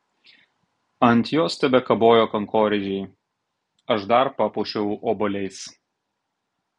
ant jos tebekabojo kankorėžiai aš dar papuošiau obuoliais